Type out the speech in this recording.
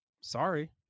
sorry